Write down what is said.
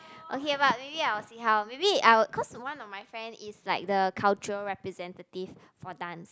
okay but maybe I will see how maybe I will cause one of my friend is like the culture representative for dance